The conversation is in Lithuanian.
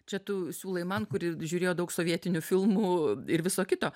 čia tu siūlai man kuri žiūrėjo daug sovietinių filmų ir viso kito